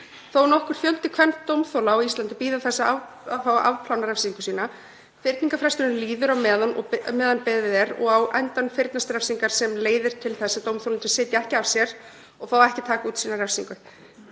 Þó nokkur fjöldi kvendómþola á Íslandi bíða þess að fá að afplána refsingu sína. Fyrningarfresturinn líður á meðan beðið er og á endanum fyrnast refsingar sem leiðir til þess að dómþolendur sitja ekki af sér og fá ekki að taka út sína refsingu.